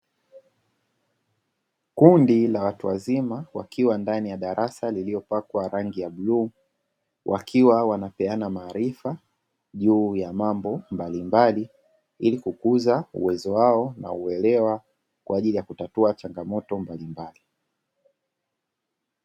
Kundi la watu wazima wakiwa ndani ya darasa lililopakwa rangi ya bluu, wakiwa wanapeana maarifa juu ya mambo mbalimbali, ili kukuza uwezo wao wa uelewa kwa ajili ya kutatua changamoto mbalimbali.